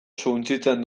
suntsitzen